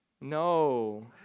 No